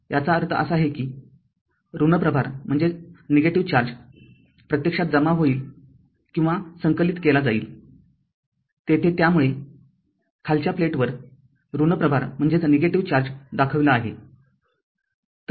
याचा अर्थ असा आहे की ऋण प्रभार प्रत्यक्षात जमा होईल किंवा संकलित केला जाईल येथे त्यामुळे खालच्या प्लेटवर ऋण प्रभार दाखविला आहे